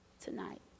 tonight